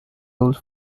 tools